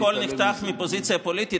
אם הכול נחקק מפוזיציה פוליטית,